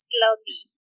Slowly